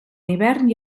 hivern